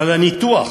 אבל הניתוח